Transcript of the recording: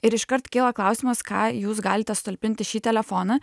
ir iškart kyla klausimas ką jūs galite sutalpint į šį telefoną